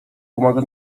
pomaga